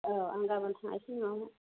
औ आं गाबोन थांनोसै न'आवहाय